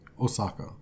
Osaka